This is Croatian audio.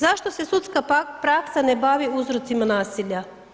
Zašto se sudska praksa ne bavi uzrocima nasilja?